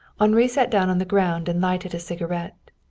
henri sat down on the ground and lighted a cigarette.